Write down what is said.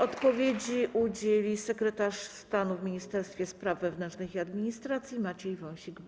Odpowiedzi udzieli sekretarz stanu w Ministerstwie Spraw Wewnętrznych i Administracji Maciej Wąsik.